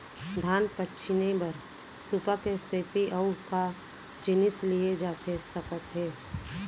धान पछिने बर सुपा के सेती अऊ का जिनिस लिए जाथे सकत हे?